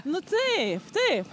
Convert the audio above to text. nu taip taip